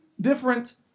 different